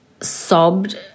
sobbed